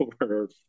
over